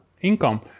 income